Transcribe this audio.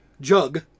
Jug